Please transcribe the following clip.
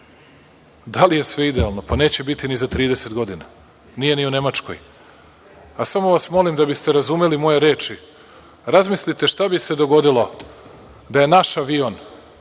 Da li je sve idealno? Pa, neće biti ni za 30 godina. Nije ni u Nemačkoj. Samo vas molim, da biste razumeli moje reči, razmislite šta bi se dogodilo da je naš avion